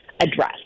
address